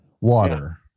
Water